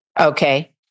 Okay